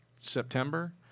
September